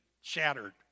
shattered